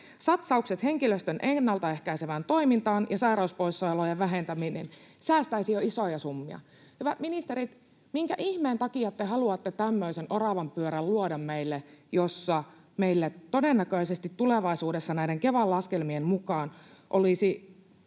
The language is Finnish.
Satsaukset henkilöstön ennaltaehkäisevään toimintaan ja sairauspoissaolojen vähentäminen säästäisivät jo isoja summia. Hyvät ministerit, minkä ihmeen takia te haluatte luoda meille tämmöisen oravanpyörän, jossa meillä todennäköisesti tulevaisuudessa näiden Kevan laskelmien mukaan olisi